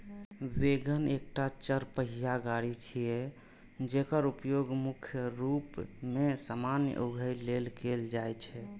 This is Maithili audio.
वैगन एकटा चरपहिया गाड़ी छियै, जेकर उपयोग मुख्य रूप मे सामान उघै लेल कैल जाइ छै